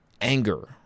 anger